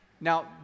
Now